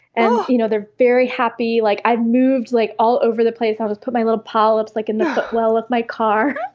and you know they're very happy. like i've moved like all over the place and i'll just put my little polyps like in the footwell of my car.